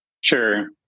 Sure